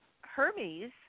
Hermes